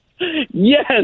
Yes